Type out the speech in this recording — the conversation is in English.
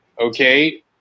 okay